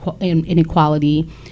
inequality